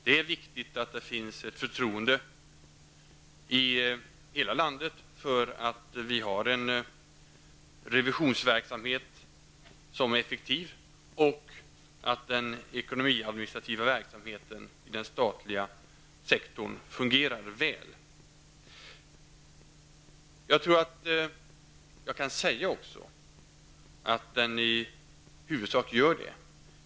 Det är viktigt att det finns ett förtroende i hela landet för att vi har en effektiv revisionsverksamhet och att den ekonomiska administrationen inom den statliga sektorn fungerar väl. Jag tror att jag också kan säga att den i huvudsak gör det.